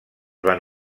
van